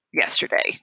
yesterday